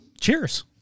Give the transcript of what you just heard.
Cheers